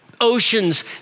oceans